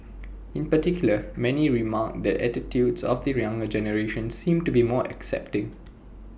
in particular many remarked that attitudes of the younger generation seem to be more accepting